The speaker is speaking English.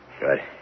Good